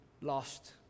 lost